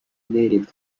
native